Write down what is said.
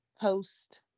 post